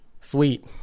sweet